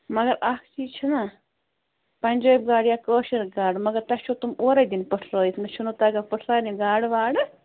مگر اکھ چیٖز چھُ نہ پنجٲبۍ گاڈ یا کٲشر گاڈ مگر تۄہہِ چھو تم اوٗرے دِین پٹھرٲوِتھ مےٚ چھو نہٕ تگان پٹھراونہٕ گاڈٕ واڈٕ